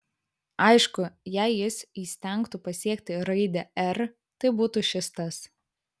aišku jei jis įstengtų pasiekti raidę r tai būtų šis tas